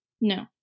No